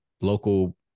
local